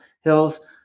hills